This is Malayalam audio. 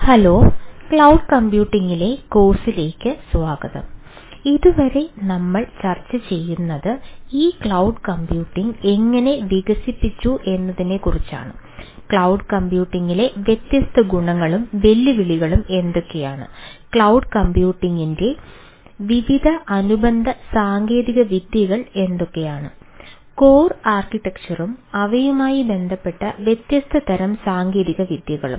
ഹലോ ക്ലൌഡ് കമ്പ്യൂട്ടിംഗിലെ അവയുമായി ബന്ധപ്പെട്ട വ്യത്യസ്ത തരം സാങ്കേതികവിദ്യകളും